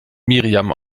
miriam